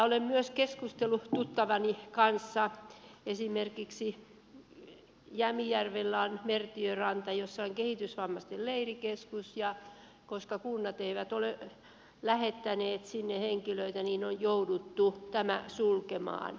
olen myös keskustellut tuttavani kanssa ja esimerkiksi jämijärvellä on mertiöranta jossa on kehitysvammaisten leirikeskus ja koska kunnat eivät ole lähettäneet sinne henkilöitä niin on jouduttu tämä sulkemaan